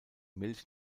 milch